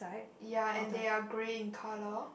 ya and they are grey in colour